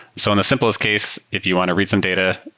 so on the simplest case, if you want to read some data,